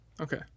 Okay